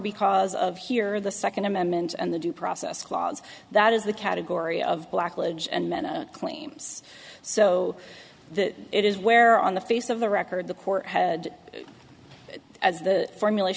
because of here the second amendment and the due process clause that is the category of blackledge and many claims so that it is where on the face of the record the court had as the formulat